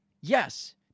yes